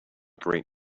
great